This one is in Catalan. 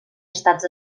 estats